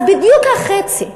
אז בדיוק החצי,